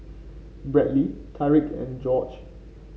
Bradley Tarik and Jorge